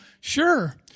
sure